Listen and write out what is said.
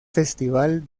festival